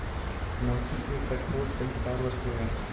मोती एक कठोर, चमकदार वस्तु है